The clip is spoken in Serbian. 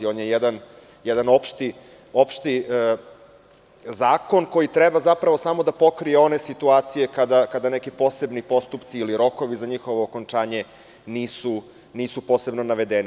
On je jedan opšti zakon koji treba zapravo samo da pokrije one situacije kada neki posebni postupci ili rokovi za njihovo okončanje nisu posebno navedeni.